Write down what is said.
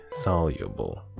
soluble